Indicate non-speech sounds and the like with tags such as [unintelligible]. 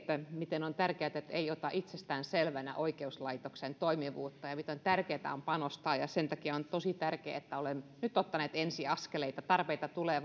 miten on tärkeätä että ei ota itsestään selvänä oikeuslaitoksen toimivuutta ja miten tärkeätä on panostaa siihen ja sen takia on tosi tärkeää että olemme nyt ottaneet ensi askeleita tarpeita tulee [unintelligible]